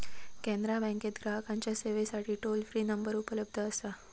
कॅनरा बँकेत ग्राहकांच्या सेवेसाठी टोल फ्री नंबर उपलब्ध असा